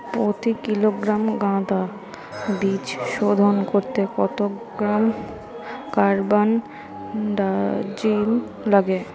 প্রতি কিলোগ্রাম গাঁদা বীজ শোধন করতে কত গ্রাম কারবানডাজিম লাগে?